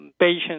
patients